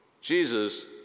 Jesus